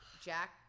Jack